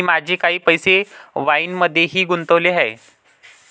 मी माझे काही पैसे वाईनमध्येही गुंतवले आहेत